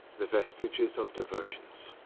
the vestiges of divergence,